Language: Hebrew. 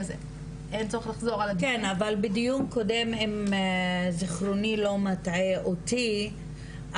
כן אבל בדיון קודם אם זכרוני אינו מטעה אותי,